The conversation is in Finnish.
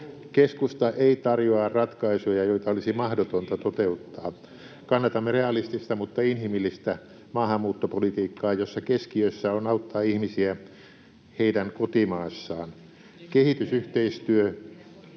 Keskusta ei tarjoa ratkaisuja, joita olisi mahdotonta toteuttaa. Kannatamme realistista mutta inhimillistä maahanmuuttopolitiikkaa, jossa keskiössä on auttaa ihmisiä heidän kotimaassaan.